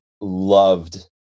loved